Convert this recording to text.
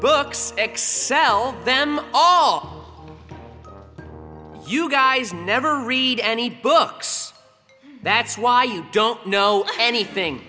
books excel them all you guys never read any books that's why you don't know anything